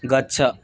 गच्छ